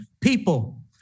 people